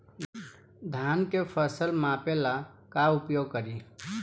धान के फ़सल मापे ला का उपयोग करी?